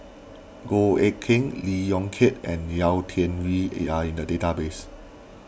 Goh Eck Kheng Lee Yong Kiat and Yau Tian Yau are in the database